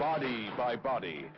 body by body